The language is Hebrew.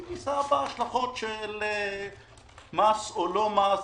והיא תישא בהשלכות של מס או לא מס,